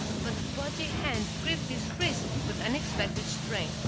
but the pudgy hand gripped his wrist with unexpected strength